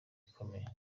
ikomeye